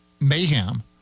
mayhem